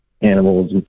animals